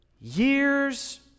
years